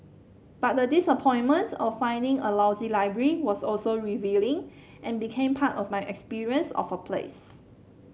but the disappointment of finding a lousy library was also revealing and became part of my experience of a place